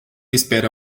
espera